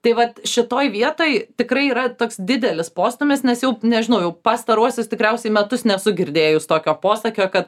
tai vat šitoj vietoj tikrai yra toks didelis postūmis nes jau nežinau jau pastaruosius tikriausiai metus nesu girdėjus tokio posakio kad